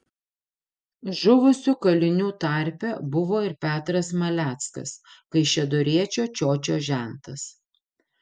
žuvusių kalinių tarpe buvo ir petras maleckas kaišiadoriečio čiočio žentas